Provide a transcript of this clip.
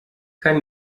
kein